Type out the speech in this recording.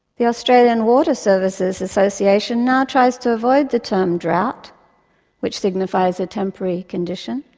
the australian water services association now tries to avoid the term drought which signifies a temporary condition.